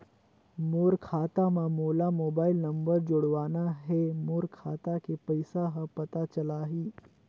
मोर खाता मां मोला मोबाइल नंबर जोड़वाना हे मोर खाता के पइसा ह पता चलाही?